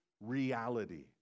reality